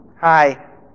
Hi